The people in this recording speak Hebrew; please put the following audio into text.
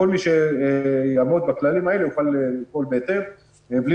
כל מי שיעמוד בכללים האלה יוכל לפעול בהתאם בלי